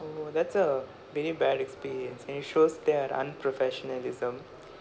oh that's a very bad experience and it shows their unprofessionalism